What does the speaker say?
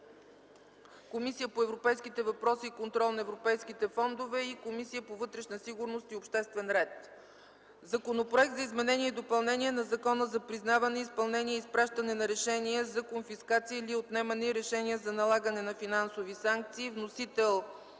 Комисията по европейските въпроси и контрол на европейските фондове и Комисията по вътрешна сигурност и обществен ред. Законопроект за изменение и допълнение на Закона за признаване, изпълнение и изпращане на решения за конфискация или отнемане и решения за налагане на финансови санкции. Вносител